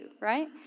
right